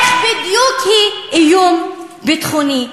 איך בדיוק היא איום ביטחוני?